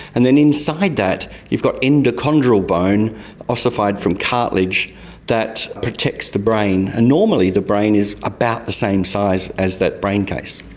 and then inside that you've got endochondral bone ossified from cartilage that protects the brain. and normally the brain is about the same size as that brain case.